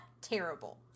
terrible